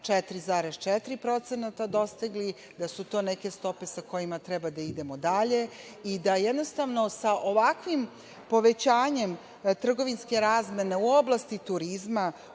4,4% dostigli, da su to neke stope sa kojima treba da idemo dalje i da jednostavno sa ovakvim povećanjem trgovinske razmene u oblasti turizma,